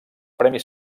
premi